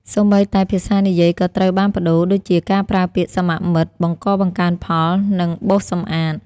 សូម្បីតែភាសានិយាយក៏ត្រូវបានប្តូរ ដូចជាការប្រើពាក្យ "សមមិត្ត" "បង្កបង្កើនផល" និង "បោសសម្អាត"។